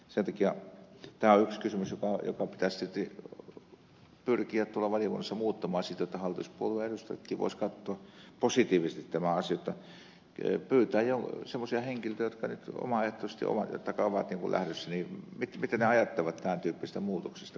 sen takia tämä on yksi kysymys joka pitäisi tietysti pyrkiä valiokunnassa muuttamaan siten jotta hallituspuolueitten edustajatkin voisivat katsoa positiivisesti tämän asian ja pyytää tietoa semmoisilta henkilöiltä jotka nyt omaehtoisesti ovat lähdössä mitä he ajattelevat tämän tyyppisestä muutoksesta